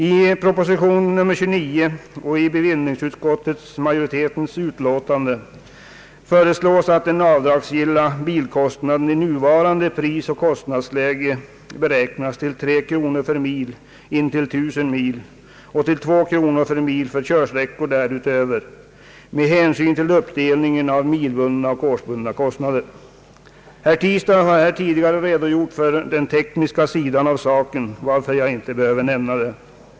I proposition nr 29 och i utskottsmajoritetens skrivning i bevillningsutskottets betänkande föreslås att den avdragsgilla bilkostnaden i nuvarande prisoch kostnadsläge beräknas till 3 kronor per mil intill 1000 mil och till 2 kronor per mil för körsträckor därutöver, med hänsyn till uppdelningen av milbundna och årsbundna kostnader. Herr Tistad har här tidigare redo gjort för den tekniska sidan av saken, varför jag inte behöver gå in på detta.